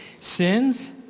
sins